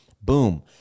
Boom